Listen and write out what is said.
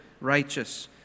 righteous